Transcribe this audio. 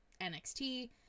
NXT